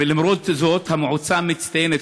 ולמרות זאת המועצה מצטיינת,